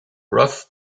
rough